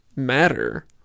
matter